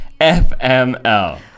FML